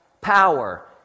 power